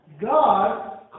God